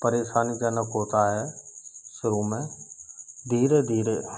परेशान जनक होता है शुरू में धीरे धीरे